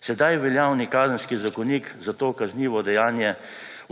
Sedaj veljavni Kazenski zakonik za kaznivo dejanje